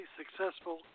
successful